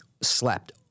slept